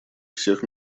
всех